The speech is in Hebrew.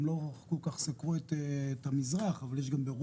הם לא כל כך סקרו את המזרח אבל יש גם ברוסיה,